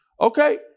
Okay